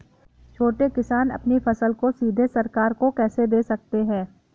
छोटे किसान अपनी फसल को सीधे सरकार को कैसे दे सकते हैं?